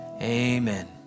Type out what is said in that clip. Amen